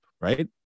right